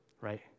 right